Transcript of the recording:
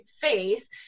face